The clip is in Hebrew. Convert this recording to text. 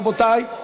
רבותי.